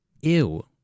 Ew